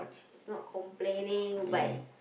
not complaining but